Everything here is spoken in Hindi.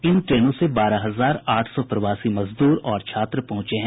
इन ट्रेनों से बारह हजार आठ सौ प्रवासी मजदूर और छात्र पहुंचे हैं